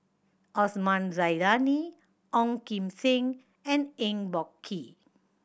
Osman Zailani Ong Kim Seng and Eng Boh Kee